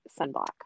sunblock